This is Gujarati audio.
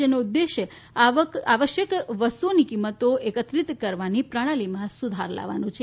જેનો ઉદેશ્ય આવશ્યક વસ્તુઓની કિંમતો એકત્રિક કરવાની પ્રણાલીમાં સુધાર લાવવાનો છે